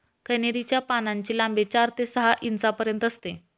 कन्हेरी च्या पानांची लांबी चार ते सहा इंचापर्यंत असते